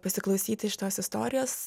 pasiklausyti šitos istorijos